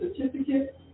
certificate